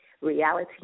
reality